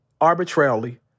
arbitrarily